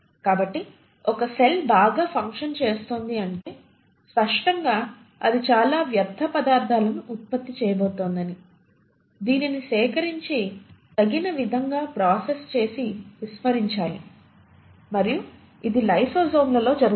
కాబట్టి ఒక సెల్ బాగా ఫంక్షన్ చేస్తోంది అంటే స్పష్టంగా అది చాలా వ్యర్థ పదార్థాలను ఉత్పత్తి చేయబోతోంది అని దీనిని సేకరించి తగిన విధంగా ప్రాసెస్ చేసి విస్మరించాలి మరియు ఇది లైసోజోమ్లలో జరుగుతుంది